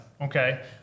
okay